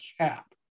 cap